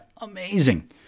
amazing